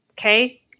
okay